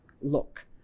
look